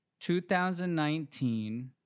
2019